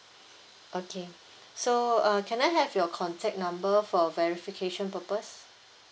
okay so uh can I have your contact number for verification purpose